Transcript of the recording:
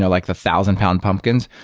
like the thousand pound pumpkins.